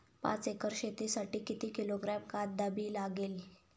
पाच एकर शेतासाठी किती किलोग्रॅम कांदा बी लागेल?